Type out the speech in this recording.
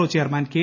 O chairman K